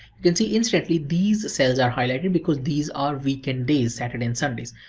you can see instantly these cells are highlighted because these are weekend days, saturday and sundays,